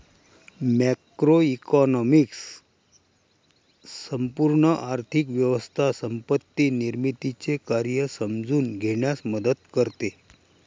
macroeconomics संपूर्ण आर्थिक व्यवस्था संपत्ती निर्मितीचे कार्य समजून घेण्यास मदत करते